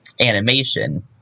animation